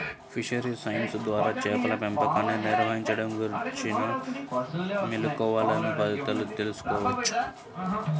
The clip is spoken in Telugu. ఫిషరీస్ సైన్స్ ద్వారా చేపల పెంపకాన్ని నిర్వహించడం గురించిన మెళుకువలను తెల్సుకోవచ్చు